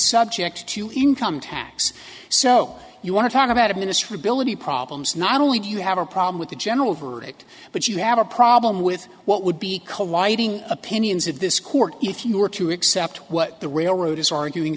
subject to income tax so you want to talk about a ministry ability problems not only do you have a problem with the general verdict but you have a problem with what would be colliding opinions of this court if you were to accept what the railroad is arguing